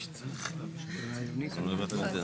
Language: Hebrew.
מה שקראנו,